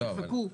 תחכו.